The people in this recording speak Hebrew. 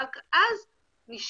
רק אז נשקול,